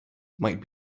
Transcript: might